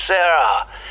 Sarah